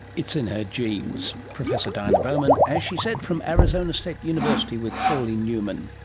it's in her genes. professor diana bowman, as she said, from arizona state university, with pauline newman